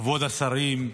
כבוד השרים,